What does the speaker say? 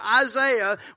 Isaiah